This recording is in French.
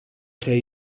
créer